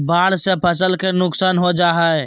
बाढ़ से फसल के नुकसान हो जा हइ